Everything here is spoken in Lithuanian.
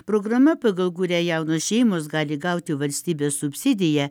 programa pagal kurią jaunos šeimos gali gauti valstybės subsidiją